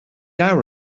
now